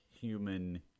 human